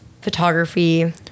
photography